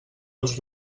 els